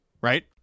right